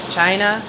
China